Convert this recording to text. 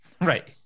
Right